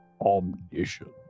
omniscient